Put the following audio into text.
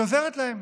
היא עוזרת להם,